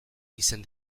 izen